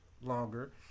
longer